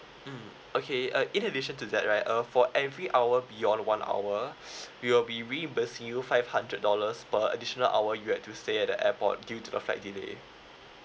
mm okay uh in addition to that right uh for every hour beyond one hour we'll be reimbursing you five hundred dollars per additional hour you had to stay at the airport due to a flight delay